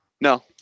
No